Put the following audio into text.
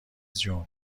جون